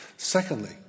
Secondly